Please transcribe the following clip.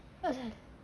asal